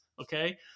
okay